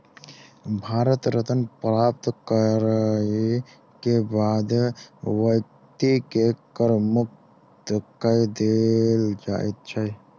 भारत रत्न प्राप्त करय के बाद व्यक्ति के कर मुक्त कय देल जाइ छै